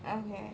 okay